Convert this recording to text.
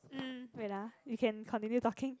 mm wait ah you can continue talking